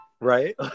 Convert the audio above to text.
right